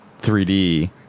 3D